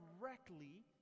directly